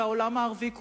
והעולם הערבי כולו,